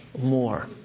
more